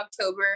October